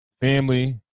family